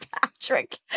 Patrick